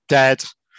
dead